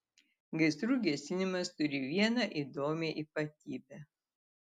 gaisrų gesinimas turi vieną įdomią ypatybę